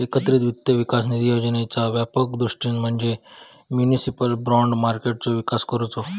एकत्रित वित्त विकास निधी योजनेचा व्यापक उद्दिष्ट म्हणजे म्युनिसिपल बाँड मार्केटचो विकास करुचो